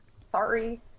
sorry